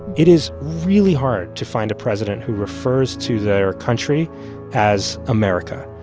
it is really hard to find a president who refers to their country as america.